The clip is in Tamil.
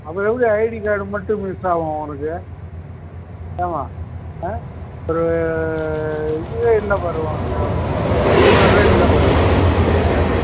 அப்புறம் எப்படி ஐடி கார்டு மட்டும் மிஸ் ஆவும் உனக்கு ஏம்மா ஆ ஒரு இதுவே இல்லைபாரு உங்ககிட்ட ஒரு பொறுப்புணர்வே இல்லை பார் ஆ